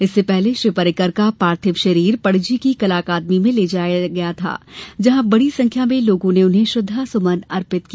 इससे पहले श्री पर्रिकर का पार्थिव शरीर पणजी की कला अकादमी ले जाया गया था जहां बड़ी संख्या में लोगों ने उन्हें श्रद्धांजलि दी